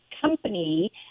company